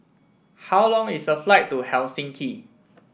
how long is the flight to Helsinki